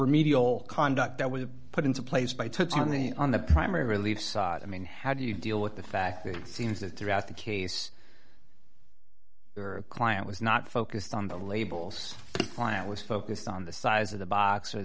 remedial conduct that was put into place by took on the on the primary relief saddam in how do you deal with the fact that it seems that throughout the case your client was not focused on the labels client was focused on the size of the box or